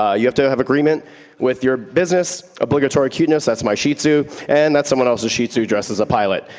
ah you have to have agreement with your business, obligatory cuteness, that's my shih-tzu, and that's someone else's shih-tzu dressed as a pilot.